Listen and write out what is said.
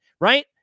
right